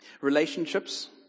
Relationships